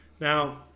Now